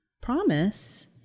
promise